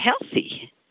healthy